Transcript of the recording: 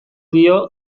dio